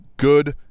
Good